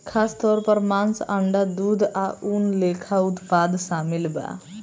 खासतौर पर मांस, अंडा, दूध आ ऊन लेखा उत्पाद शामिल बा